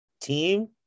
team